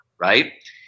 right